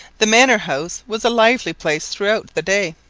the manor-house was a lively place throughout the day,